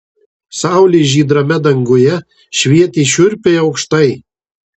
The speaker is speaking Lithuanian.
saulė žydrame danguje švietė šiurpiai aukštai